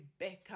Rebecca